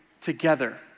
together